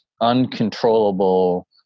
uncontrollable